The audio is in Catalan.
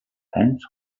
ens